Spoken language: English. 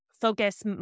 focus